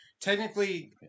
Technically